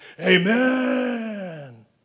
amen